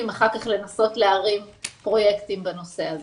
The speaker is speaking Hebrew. אחר כך לנסות להרים פרויקטים בנושא הזה.